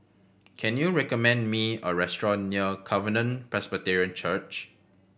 can you recommend me a restaurant near Covenant Presbyterian Church